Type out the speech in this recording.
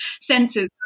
senses